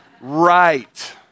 Right